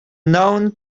known